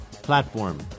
platform